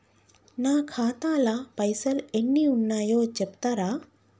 నా ఖాతా లా పైసల్ ఎన్ని ఉన్నాయో చెప్తరా?